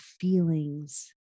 feelings